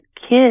kids